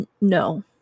No